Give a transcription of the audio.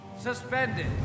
suspended